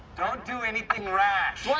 don't do anything rash. dwight,